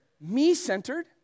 me-centered